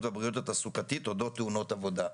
והבריאות התעסוקתית אודות תאונות עבודה.